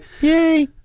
Yay